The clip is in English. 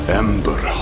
ember